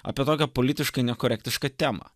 apie tokią politiškai nekorektišką temą